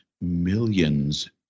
millions